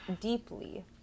deeply